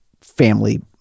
family